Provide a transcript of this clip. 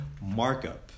markup